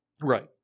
Right